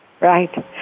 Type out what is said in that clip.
Right